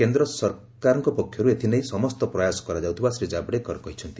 କେନ୍ଦ୍ର ସରକାରଙ୍କ ପକ୍ଷରୁ ଏଥିନେଇ ସମସ୍ତ ପ୍ରୟାସ କରାଯାଉଥିବା ଶ୍ରୀ ଜାବ୍ଡେକର କହିଛନ୍ତି